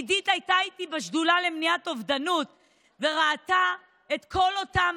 עידית הייתה איתי בשדולה למניעת אובדנות וראתה את כל אותם,